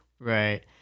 right